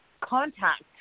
contact